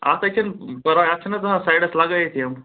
اَتھے چھَنہٕ برا اَتھ چھَنہٕ حظ لگٲیِتھ یِم